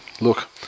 look